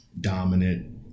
dominant